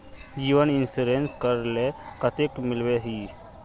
जीवन इंश्योरेंस करले कतेक मिलबे ई?